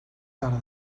tarda